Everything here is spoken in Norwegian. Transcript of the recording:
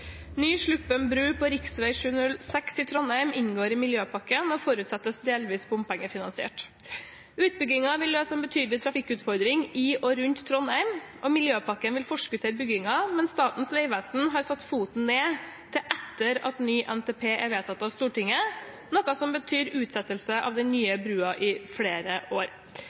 forutsettes delvis bompengefinansiert. Utbyggingen vil løse en betydelig trafikkutfordring i og rundt Trondheim. Miljøpakken vil forskuttere byggingen, men Statens vegvesen har satt foten ned til etter at ny NTP er vedtatt av Stortinget, noe som betyr utsettelse av den nye brua i flere år.